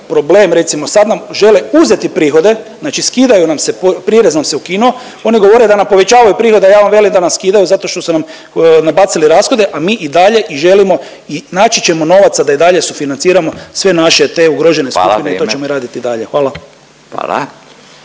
problem. Recimo sad nam žele uzeti prihode, znači skidaju nam se, prirez nam se ukinuo. Oni govore da nam povećavaju prihode, a ja vam velim da nam skidaju zato što su nam nabacili rashode, a mi i dalje i želimo i naći ćemo novaca da i dalje sufinanciramo sve naše te ugrožene skupine. To ćemo raditi i dalje. Hvala.